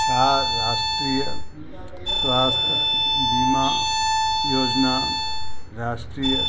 छा राष्ट्रीय स्वास्थ्यु बीमा योजना राष्ट्रीय